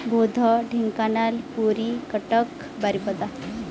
Boudh Dhenkanal Puri Cuttack Baripada